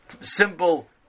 simple